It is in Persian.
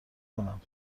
کنم